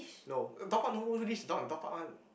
no uh dog park no leash in the dog park one